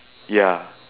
ya